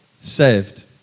saved